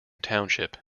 township